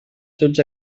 tots